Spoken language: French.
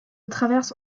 traverse